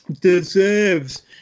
deserves